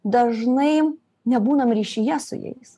dažnai nebūnam ryšyje su jais